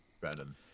Brandon